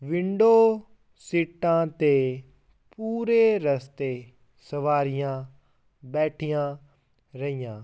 window ਸੀਟਾਂ 'ਤੇ ਪੂਰੇ ਰਸਤੇ ਸਵਾਰੀਆਂ ਬੈਠੀਆਂ ਰਹੀਆਂ